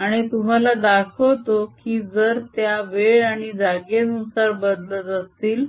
आणि तुम्हाला दाखवतो की जर त्या वेळ आणि जागेनुसार बदलत असतील